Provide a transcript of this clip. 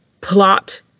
plot